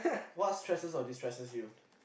what's stresses or distresses you